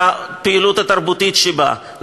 בפעילות התרבותית שבה,